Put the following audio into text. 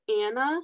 Anna